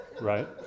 right